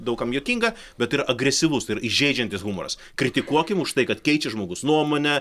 daug kam juokinga bet tai yra agresyvus tai yra įžeidžiantis humoras kritikuokim už tai kad keičia žmogus nuomonę